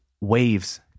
waves